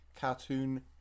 cartoon